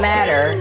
Matter